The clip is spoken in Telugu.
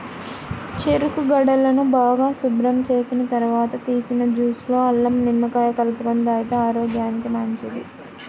చెరుకు గడలను బాగా శుభ్రం చేసిన తర్వాత తీసిన జ్యూస్ లో అల్లం, నిమ్మకాయ కలుపుకొని తాగితే ఆరోగ్యానికి మంచిది